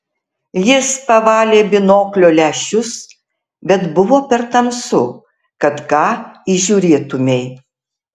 jis pavalė binoklio lęšius bet buvo per tamsu kad ką įžiūrėtumei